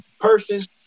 person